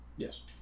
Yes